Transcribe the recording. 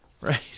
right